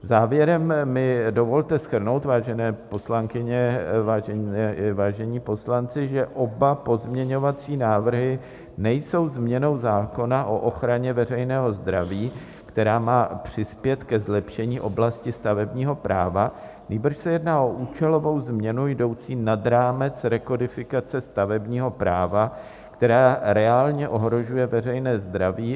Závěrem mi dovolte shrnout, vážené poslankyně, vážení poslanci, že oba pozměňovací návrhy nejsou změnou zákona o ochraně veřejného zdraví, která má přispět ke zlepšení oblasti stavebního práva, nýbrž se jedná o účelovou změnu jdoucí nad rámec rekodifikace stavebního práva, která reálně ohrožuje veřejné zdraví.